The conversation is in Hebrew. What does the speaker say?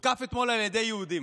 הותקף אתמול על ידי יהודים,